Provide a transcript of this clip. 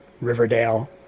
Riverdale